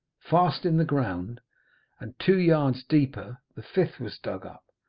fast in the ground and two yards deeper the fifth was dug up.